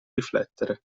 riflettere